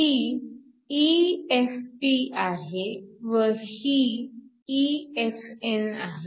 ही EFp आहे व ही EFn आहे